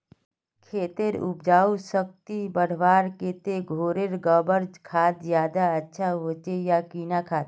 खेतेर उपजाऊ शक्ति बढ़वार केते घोरेर गबर खाद ज्यादा अच्छा होचे या किना खाद?